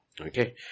Okay